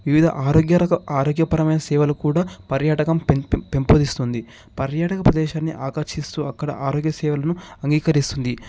వివిధ ఆరోగ్య రస ఆరోగ్యపరమైన సేవలు కూడా పర్యాటకం పెం పెంపొందిస్తుంది పర్యాటక ప్రదేశాన్ని ఆకర్షిస్తూ అక్కడ ఆరోగ్య సేవలను అంగీకరిస్తుంది